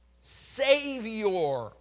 Savior